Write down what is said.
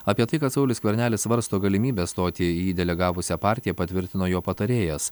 apie tai kad saulius skvernelis svarsto galimybę stoti į jį delegavusią partiją patvirtino jo patarėjas